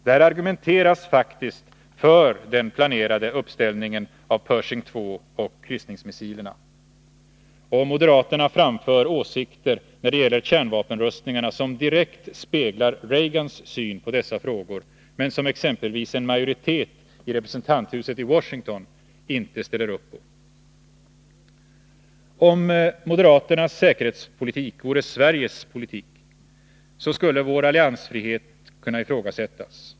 Där argumenteras faktiskt för den planerade uppställningen av Pershing 2 och kryssningsmissilerna. Och moderaterna framför åsikter när det gäller kärnvapenrustningarna som direkt speglar Reagans syn på dessa frågor — men som exempelvis en majoritet i representanthuset i Washington inte ställer upp på. Om moderaternas säkerhetspolitik vore Sveriges politik, skulle vår alliansfrihet kunna ifrågasättas.